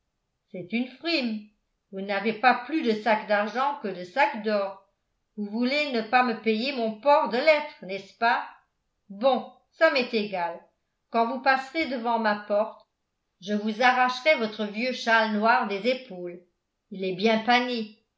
c'est une frime vous n'avez pas plus de sac d'argent que de sac d'or vous voulez ne pas me payer mon port de lettre n'est-ce pas bon ça m'est égal quand vous passerez devant ma porte je vous arracherai votre vieux châle noir des épaules il est bien pané